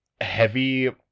heavy